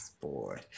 boy